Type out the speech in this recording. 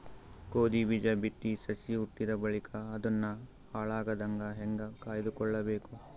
ಗೋಧಿ ಬೀಜ ಬಿತ್ತಿ ಸಸಿ ಹುಟ್ಟಿದ ಬಳಿಕ ಅದನ್ನು ಹಾಳಾಗದಂಗ ಹೇಂಗ ಕಾಯ್ದುಕೊಳಬೇಕು?